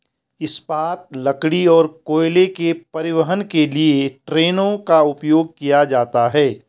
इस्पात, लकड़ी और कोयले के परिवहन के लिए ट्रेनों का उपयोग किया जाता है